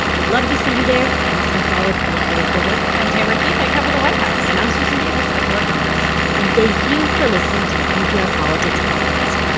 we'd love to see you there. i'm asma khalid, political reporter i'm tamara keith. i cover the white house and i'm susan davis. i cover congress and thank you for listening to the npr politics podcast